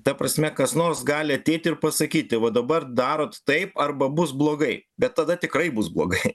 ta prasme kas nors gali ateiti ir pasakyti va dabar darot taip arba bus blogai bet tada tikrai bus blogai